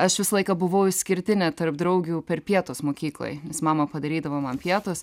aš visą laiką buvau išskirtinė tarp draugių per pietus mokykloj nes mama padarydavo man pietus